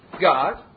God